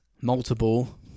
multiple